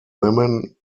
women